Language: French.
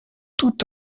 tout